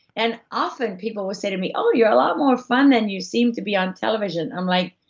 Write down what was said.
and often, people will say to me, oh, you're a lot more fun than you seem to be on television. i'm like,